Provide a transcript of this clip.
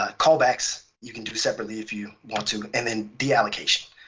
ah callbacks, you can do separately if you want to, and then deallocation.